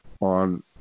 on